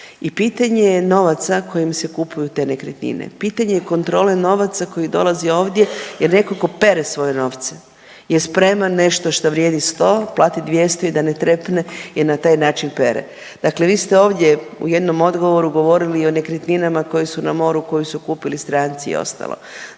i pitanje je novaca kojem se kupuju te nekretnine, pitanje je kontrole novaca koji dolazi ovdje jer neko ko pere svoje novce je spreman nešto što vrijedi 100 platit 200 i da ne trepne jer na taj način pere. Dakle, vi ste ovdje u jednom odgovoru govorili o nekretninama koje su na more koje su kupili stranci i ostalo,